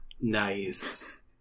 nice